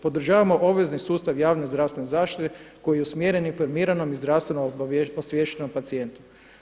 Podržavamo obvezni sustav javne zdravstvene zaštite koji je usmjeren informiranom i zdravstveno osviještenom pacijentu.